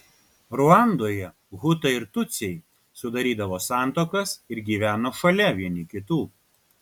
ruandoje hutai ir tutsiai sudarydavo santuokas ir gyveno šalia vieni kitų